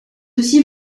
aussi